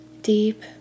deep